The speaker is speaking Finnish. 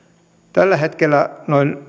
tällä hetkellä noin